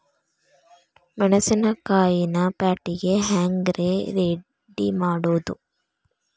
ಮೆಣಸಿನಕಾಯಿನ ಪ್ಯಾಟಿಗೆ ಹ್ಯಾಂಗ್ ರೇ ರೆಡಿಮಾಡೋದು?